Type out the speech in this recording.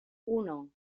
uno